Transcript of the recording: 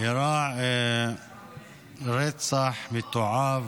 אירע רצח מתועב